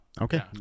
okay